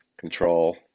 control